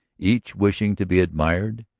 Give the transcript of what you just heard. each wishing to be admired,